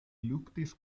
luktis